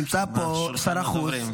נמצא פה שר החוץ.